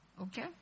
okay